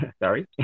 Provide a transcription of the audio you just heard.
Sorry